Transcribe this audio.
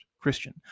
Christian